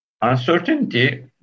Uncertainty